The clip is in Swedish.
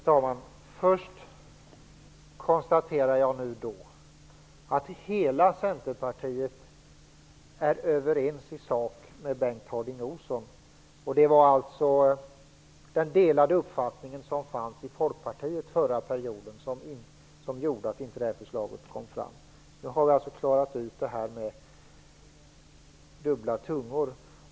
Herr talman! Först konstaterar jag att hela Centerpartiet är överens i sak med Bengt Harding Olson. Det var den delade uppfattningen i Folkpartiet under den förra mandatperioden som gjorde att förslaget inte kom fram. Nu har vi klarat ut det här med dubbla tungor.